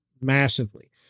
massively